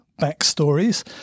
backstories